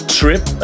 trip